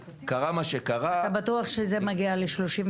אתה בטוח שזה מגיע ל-39,